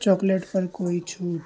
chocolate پر کوئی چھوٹ